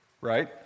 right